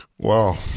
Wow